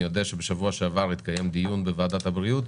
אני יודע שבשבוע שעבר התקיים דיון בוועדת הבריאות,